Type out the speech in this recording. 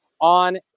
on